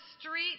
street